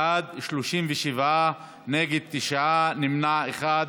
בעד, 73, נגד, תשעה, נמנע אחד.